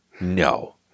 No